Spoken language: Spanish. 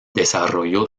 desarrolló